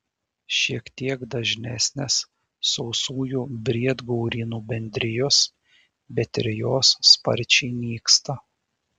šiek tiek dažnesnės sausųjų briedgaurynų bendrijos bet ir jos sparčiai nyksta